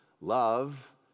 love